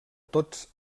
tots